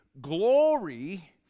glory